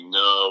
no